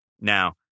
Now